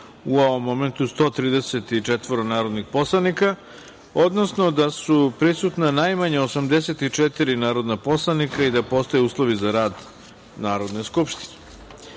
u ovom momentu 134 narodna poslanika, odnosno da su prisutna najmanje 84 narodna poslanika i da postoje uslovi za rad Narodne